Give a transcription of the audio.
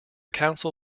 council